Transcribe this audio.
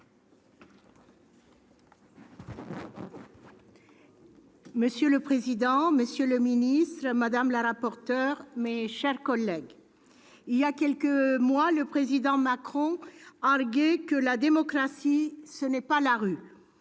Monsieur le président, monsieur le ministre, madame la rapporteure, mes chers collègues, il y a quelques mois, le président Macron arguait :« La démocratie, ce n'est pas la rue.